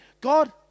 God